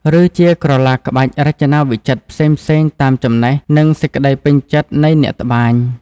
ឬជាក្រឡាក្បាច់រចនាវិចិត្រផ្សេងៗតាមចំណេះ និងសេចក្តីពេញចិត្តនៃអ្នកត្បាញ។